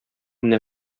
менә